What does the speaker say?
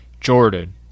Jordan